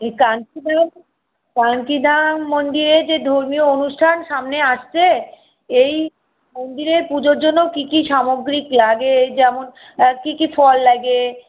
এই কান্তিধাম কান্তিধাম মন্দিরে যে ধর্মীয় অনুষ্ঠান সামনে আসছে এই মন্দিরের পুজোর জন্য কি কি সামগ্রী লাগে যেমন কি কি ফল লাগে